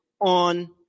on